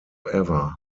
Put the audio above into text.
ever